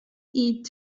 eat